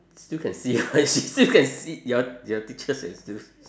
still can see ah she still can see your your teacher can still see